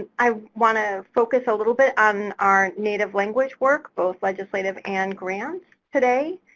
i want to focus a little bit on our native language work both legislative and grants today.